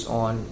on